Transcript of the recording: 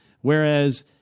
Whereas